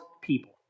people